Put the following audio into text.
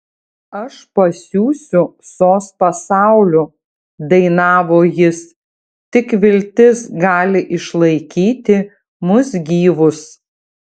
aš pasiųsiu sos pasauliu dainavo jis tik viltis gali išlaikyti mus gyvus